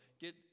get